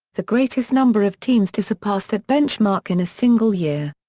the greatest number of teams to surpass that benchmark in a single year.